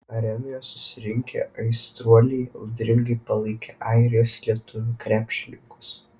arenoje susirinkę aistruoliai audringai palaikė airijos lietuvių krepšininkus